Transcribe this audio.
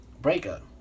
Breakup